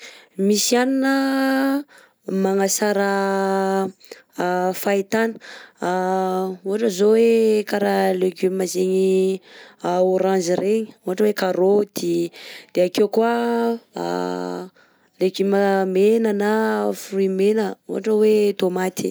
Misy hanina magnatsara fahitana: ohatra zao hoe kara légumes zegny orange regny ohatra hoe karaoty, de akeo koà légumes mena na fruits mena ohatra hoe taomaty.